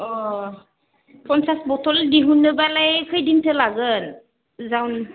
अ पन्सास बथल दिहुननोब्लालाय खैदिनसो लागोन जाउन